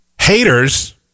Haters